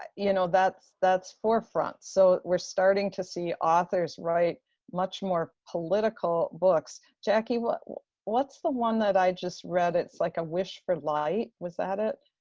you know, that's that's forefront. so we're starting to see authors write much more political books. jackie, what's what's the one that i just read, it's like a wish for light, was that it?